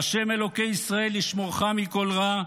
והשם אלוקי ישראל ישמורך מכל רע,